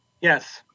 Yes